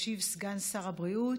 ישיב סגן שר הבריאות,